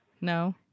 No